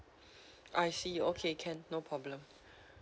I see okay can no problem